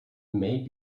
may